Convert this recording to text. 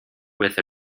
with